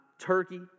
Turkey